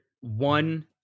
one